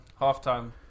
Halftime